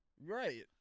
Right